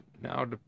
now